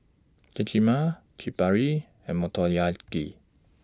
Kheema Chaat Papri and Motoyaki